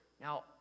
Now